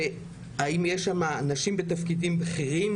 האם יש נשים בתפקידים בכירים